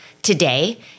Today